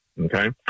okay